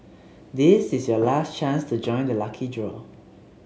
this is your last chance to join the lucky draw